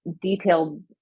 detailed